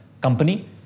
company